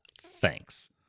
Thanks